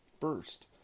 first